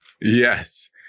Yes